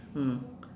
mm